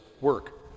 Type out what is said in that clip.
work